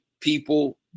people